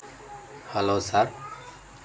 hello sir